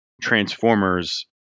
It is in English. transformers